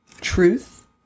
Truth